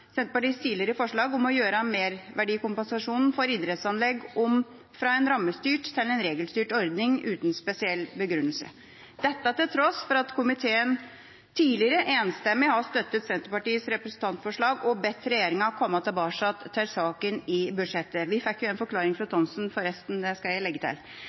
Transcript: Senterpartiets tidligere forslag om å gjøre merverdikompensasjonen for idrettsanlegg om fra en rammestyrt til en regelstyrt ordning – dette til tross for at komiteen tidligere enstemmig har støttet Senterpartiets representantforslag og bedt regjeringa komme tilbake til saken i budsjettet. Vi fikk forresten en forklaring fra representanten Thomsen – det skal jeg legge til.